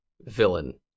villain